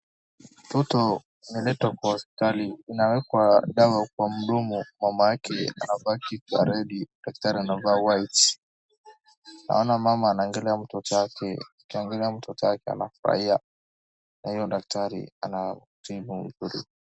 Mtoto ameletwa kwa hospitali inawekwa dawa kwa mdomo, mamake kwa red , daktari anavaa white . Naona mama anangalia mtoto wake, akiangalia mtoto wake anafurahia na huyo daktari anatibu.